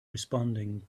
responding